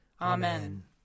Amen